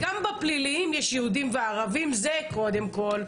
גם בפליליים יש יהודים וערבים, זה קודם כל.